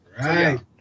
Right